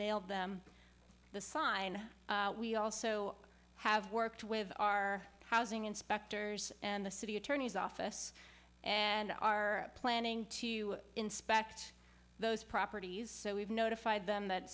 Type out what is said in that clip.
mailed them to the side and we also have worked with our housing inspectors and the city attorney's office and are planning to inspect those properties so we've notified them that